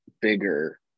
bigger